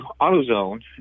AutoZone